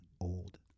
old